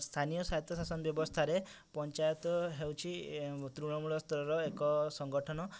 ସ୍ଥାନୀୟ ସ୍ୱାୟତ୍ତ ଶାସନ ବ୍ୟବସ୍ଥାରେ ପଞ୍ଚାୟତ ହେଉଛି ତୃଣମୂଳ ସ୍ତରର ଏକ ସଂଗଠନ